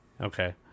Okay